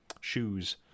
shoes